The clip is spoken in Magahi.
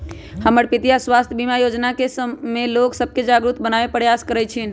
हमर पितीया स्वास्थ्य बीमा जोजना के संबंध में लोग सभके जागरूक बनाबे प्रयास करइ छिन्ह